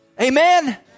Amen